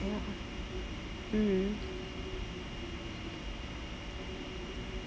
mmhmm